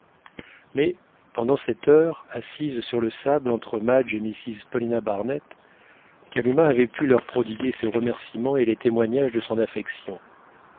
mais pendant cette heure assise sur le sable entre madge et mrs paulina barnett kalumah avait pu leur prodiguer ses remerciements et les témoignages de son affection